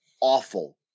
awful